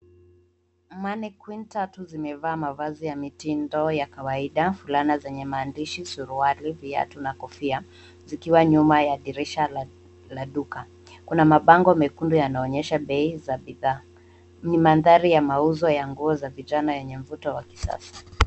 Mannequin tatu zimevaa mavazi ya mitindo ya kawaida, fulana zenye maandishi, suruali, viatu na kofia, zikiwa nyuma ya dirisha la duka. Kuna mabango mekundu yanaonyesha bei za bidhaa. Ni mandhari ya mauzo ya nguo za vijana yenye mvuto wa kisasa.